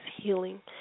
healing